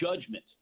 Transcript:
judgment